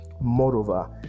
Moreover